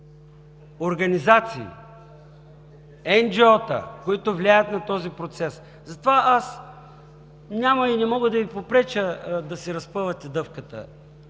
организации – NGO-та, които влияят на този процес. Затова аз няма и не мога да Ви попреча да си разпъвате дъвката,